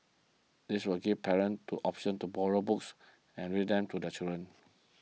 this will give parents to option to borrow books and read them to their children